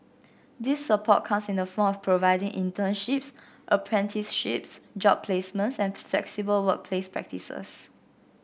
this support comes in the form of providing internships apprenticeships job placements and flexible workplace practices